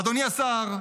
אדוני השר,